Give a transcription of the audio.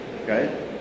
okay